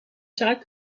چقد